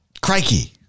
Crikey